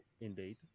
indeed